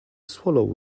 swallow